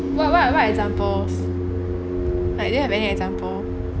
what what what examples like do you have any example